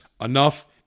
Enough